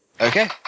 Okay